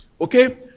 okay